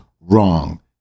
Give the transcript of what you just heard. wrong